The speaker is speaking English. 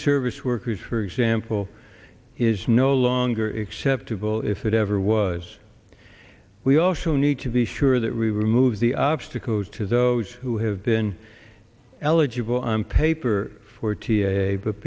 service workers for example is no longer acceptable if it ever was we also need to be sure that we remove the obstacles to those who have been eligible on paper for t i a but